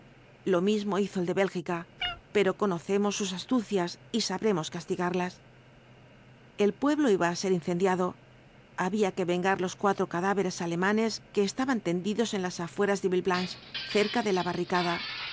lo mismo hizo el de bélgica pero conocemos sus astucias y sabremos castigarlas el pueblo iba á ser incendiado había que vengar los cuatro cadáveres alemanes que estaban tendidos en las afueras de villeblanche cerca de la barricada